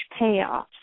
payoffs